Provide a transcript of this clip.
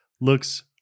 looks